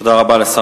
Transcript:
תודה רבה לשר